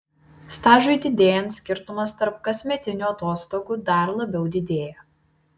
stažui didėjant skirtumas tarp kasmetinių atostogų dar labiau didėja